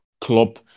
Klopp